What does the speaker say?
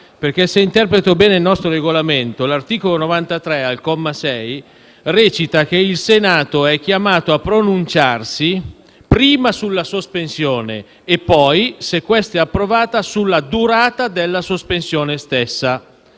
perché, se interpreto bene il nostro Regolamento, l'articolo 93, al comma 6, recita che il Senato è chiamato a pronunciarsi prima sulla sospensione e poi, se questa è approvata, sulla durata della stessa.